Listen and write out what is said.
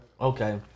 Okay